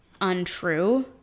untrue